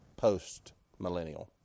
postmillennial